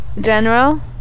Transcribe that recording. general